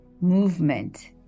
movement